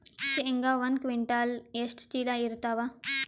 ಶೇಂಗಾ ಒಂದ ಕ್ವಿಂಟಾಲ್ ಎಷ್ಟ ಚೀಲ ಎರತ್ತಾವಾ?